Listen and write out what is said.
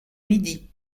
midi